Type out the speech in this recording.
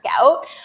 out